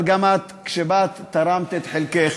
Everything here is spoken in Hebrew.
אבל גם את, כשבאת, תרמת את חלקך.